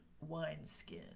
wineskin